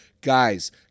Guys